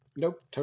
Nope